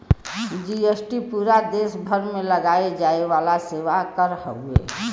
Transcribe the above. GST पूरा देस भर में लगाये जाये वाला सेवा कर हउवे